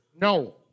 No